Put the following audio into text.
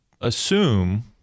assume